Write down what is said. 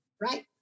Right